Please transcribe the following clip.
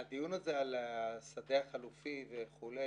הדיון הזה על השדה החלופי וכולי,